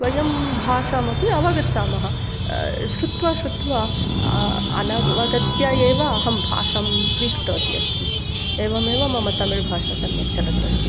वयं भाषामपि अवगच्छामः श्रुत्वा श्रुत्वा अनवगत्य एव अहं भाषां स्वीकृतवती अस्मि एवमेव मम तमिळ्भाषा सम्यक् चलत् अस्ति